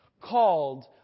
called